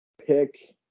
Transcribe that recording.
Pick